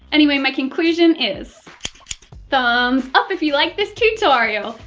anyway, my conclusion is thumbs up if you liked this tutorial!